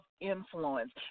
influence